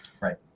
Right